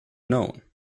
known